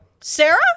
Sarah